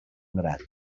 grat